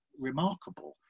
remarkable